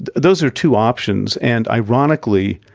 those are two options and ironically,